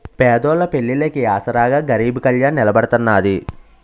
పేదోళ్ళ పెళ్లిళ్లికి ఆసరాగా గరీబ్ కళ్యాణ్ నిలబడతాన్నది